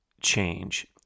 change